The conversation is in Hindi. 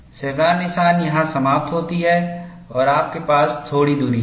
शेवरॉन निशान यहां समाप्त होती है और आपके पास थोड़ी दूरी है